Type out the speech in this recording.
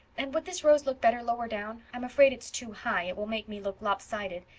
and would this rose look better lower down? i'm afraid it's too high it will make me look lop-sided.